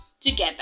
together